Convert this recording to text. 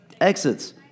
Exits